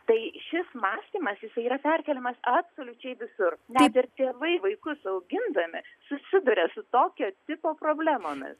tai šis mąstymas jisai yra vertinamas absoliučiai visur net ir tėvai vaikus augindami susiduria su tokio tipo problemomis